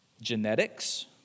genetics